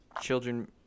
children